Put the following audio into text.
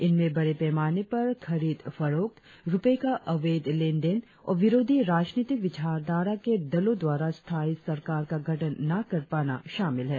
इनमें बड़े पैमाने पर खरीद फरोख्त रुपये का अवैध लेन देन और विरोधी राजनीतिक विचारधारा के दलों द्वारा स्थायी सरकार का गठन न कर पाना शामिल है